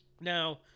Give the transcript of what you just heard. Now